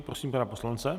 Prosím pana poslance.